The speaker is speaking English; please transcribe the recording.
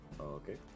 okay